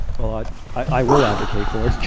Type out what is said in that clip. well, ah but i will advocate for